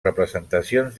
representacions